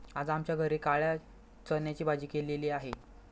आज आमच्या घरी काळ्या चण्याची भाजी केलेली आहे